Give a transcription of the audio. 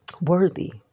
worthy